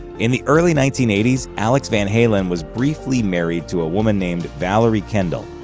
in the early nineteen eighty s, alex van halen was briefly married to a woman named valeri kendall.